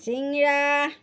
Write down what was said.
চিঙৰা